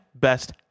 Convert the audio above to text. best